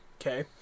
Okay